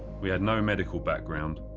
we had no medical background,